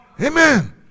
Amen